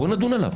בוא נדון עליו.